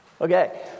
okay